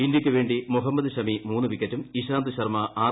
ഇന്ത്യയ്ക്ക് വേണ്ടി മൊഹമ്മദ് ഷമി ദ വിക്കറ്റും ഇഷാന്ത് ശർമ്മ ആർ